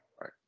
right